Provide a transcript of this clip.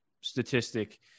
statistic